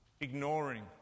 Ignoring